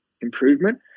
improvement